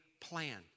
plan